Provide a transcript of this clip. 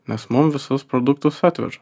nes mum visus produktus atveža